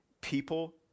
people